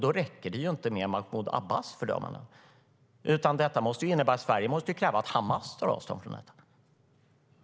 Då räcker det inte med Mahmud Abbas fördömande, utan Sverige måste kräva att Hamas tar avstånd från detta.